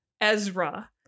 Ezra